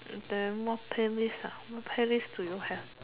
then what playlist ah what playlist do you have